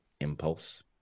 impulse